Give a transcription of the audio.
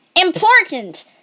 Important